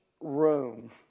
room